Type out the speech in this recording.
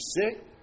sick